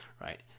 right